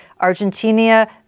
Argentina